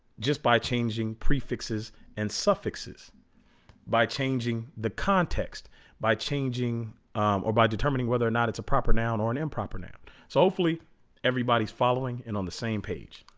just by changing prefixes and suffixes by changing the context by changing or by determining whether or not it's a proper noun or an improper now so hopefully everybody's following and on the same page